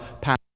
pass